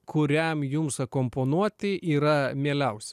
kuriam jums akomponuoti yra mieliausia